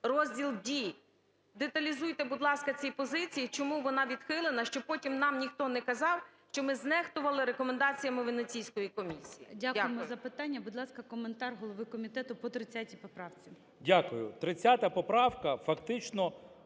(Розділ D). Деталізуйте, будь ласка, ці позиції, чому вона відхилена, щоб потім нам ніхто не казав, що ми знехтували рекомендаціями Венеційської комісії. Дякую. ГОЛОВУЮЧИЙ. Дякуємо за питання. Будь ласка, коментар голови комітету по 30 поправці. 13:50:02 КНЯЖИЦЬКИЙ М.Л.